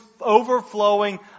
overflowing